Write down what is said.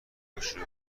بشوره